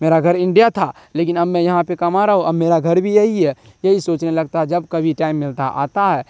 میرا گھر انڈیا تھا لیکن اب میں یہاں پہ کما رہا ہوں اب میرا گھر بھی یہی ہے یہی سوچنے لگتا ہے جب کبھی ٹائم ملتا ہے آتا ہے